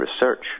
Research